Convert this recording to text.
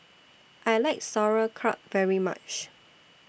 I like Sauerkraut very much